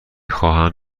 خواهم